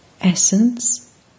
Essence